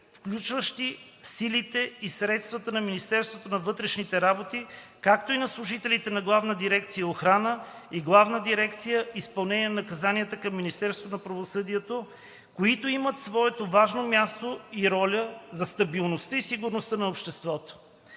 включващи силите и средствата на Министерството на вътрешните работи, както и на служителите на Главна дирекция „Охрана“ и Главна дирекция „Изпълнение на наказанията“ към Министерството на правосъдието, които имат своето важно място и роля за стабилността и сигурността на обществото.